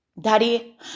Daddy